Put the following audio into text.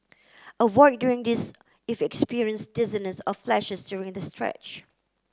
avoid doing this if you experience dizziness or flashes during the stretch